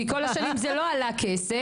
כי כל השנים זה לא עלה כסף.